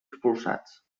expulsats